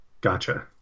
Gotcha